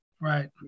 Right